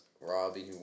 Robbie